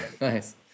Nice